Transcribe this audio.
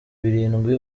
birindwi